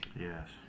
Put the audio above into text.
Yes